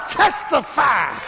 testify